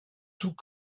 tout